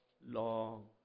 long